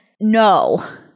no